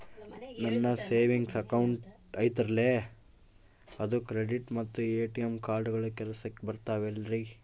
ನನ್ನ savings account ಐತಲ್ರೇ ಅದು ಕ್ರೆಡಿಟ್ ಮತ್ತ ಎ.ಟಿ.ಎಂ ಕಾರ್ಡುಗಳು ಕೆಲಸಕ್ಕೆ ಬರುತ್ತಾವಲ್ರಿ?